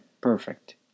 perfect